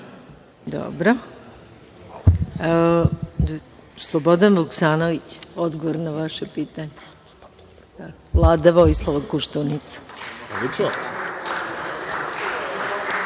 Dobro. Slobodan Vuksanović, odgovor na vaše pitanje, Vlada Vojislava Koštunice. Reč